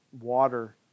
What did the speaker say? water